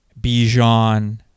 Bijan